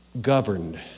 governed